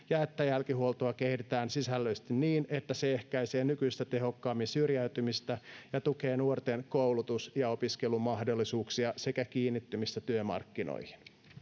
ja että jälkihuoltoa kehitetään sisällöllisesti niin että se ehkäisee nykyistä tehokkaammin syrjäytymistä ja tukee nuorten koulutus ja opiskelumahdollisuuksia sekä kiinnittymistä työmarkkinoihin